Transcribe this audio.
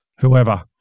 Whoever